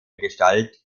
gestalt